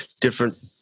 different